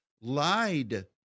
lied